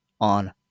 on